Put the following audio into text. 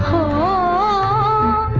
oh.